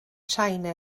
china